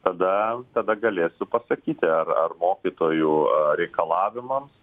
tada tada galėsiu pasakyti ar ar mokytojų reikalavimams